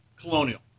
colonial